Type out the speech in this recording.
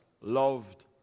loved